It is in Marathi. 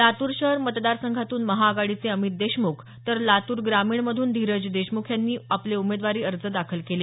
लातूर शहर मतदार संघातून महाआघाडीचे अमित देशमुख तर लातूर ग्रामीणमधून धीरज देशमुख यांनी आपले उमेदवारी अर्ज दाखल केले